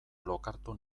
lokartu